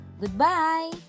Goodbye